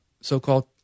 so-called